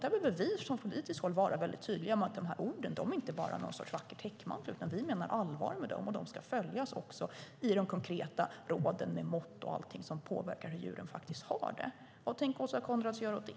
Där behöver vi från politiskt håll vara tydliga med att orden inte bara är en vacker täckmantel utan att vi menar allvar med dem och att de konkreta råden med mått och allt sådant som påverkar hur djuren har det ska följas. Vad tänker Åsa Coenraads göra åt det?